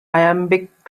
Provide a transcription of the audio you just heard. iambic